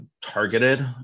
targeted